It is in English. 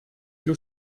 you